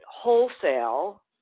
wholesale